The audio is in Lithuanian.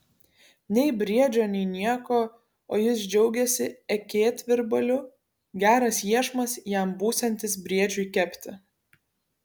nei briedžio nei nieko o jis džiaugiasi akėtvirbaliu geras iešmas jam būsiantis briedžiui kepti